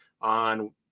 on –